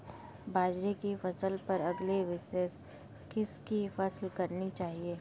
बाजरे की फसल पर अगले वर्ष किसकी फसल करनी चाहिए?